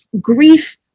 grief